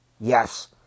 Yes